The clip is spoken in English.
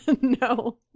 No